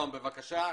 נועם בבקשה קצר.